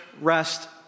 rest